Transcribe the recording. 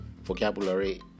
vocabulary